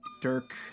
Dirk